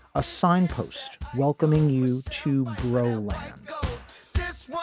a signpost welcoming you to borrow land this